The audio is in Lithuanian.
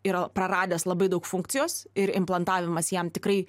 yra praradęs labai daug funkcijos ir implantavimas jam tikrai